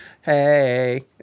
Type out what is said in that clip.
hey